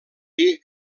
dir